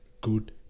good